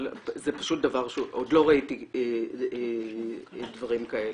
אבל זה פשוט דבר שעוד לא ראיתי דברים כאלה.